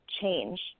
change